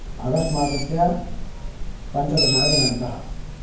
August मासस्य पञ्चदशः दिनाङ्कः